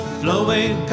flowing